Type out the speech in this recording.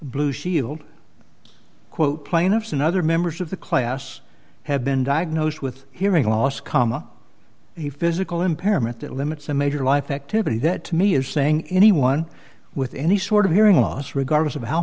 blue shield quote plaintiffs and other members of the class have been diagnosed with hearing loss comma physical impairment that limits a major life activity that to me is saying anyone with any sort of hearing loss regardless of how